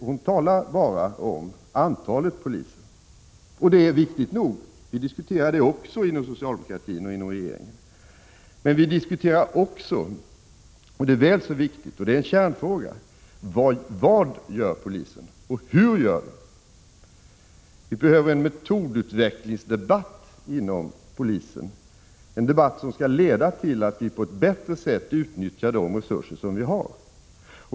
Hon talade bara om antalet poliser. Det är viktigt nog, och vi diskuterar det också inom socialdemokratin och inom regeringen. Men vi diskuterar även — och det är väl så viktigt — kärnfrågan: Vad gör polisen, och hur gör polisen? Vi behöver en metodutvecklingsdebatt inom polisen, en debatt som skall leda till att vi på ett bättre sätt kan utnyttja de resurser som vi har.